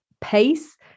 Pace